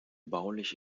baulich